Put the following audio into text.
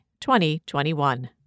2021